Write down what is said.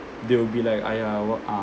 they will be like !aiya! what uh